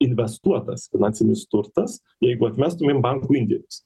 investuotas finansinis turtas jeigu atmestumėm bankų indėlius